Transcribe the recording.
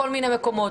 כל מיני מקומות.